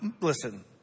listen